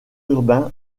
urbains